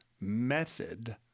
method